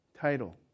title